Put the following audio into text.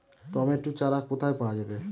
Tomato চারা কোথায় পাওয়া যাবে?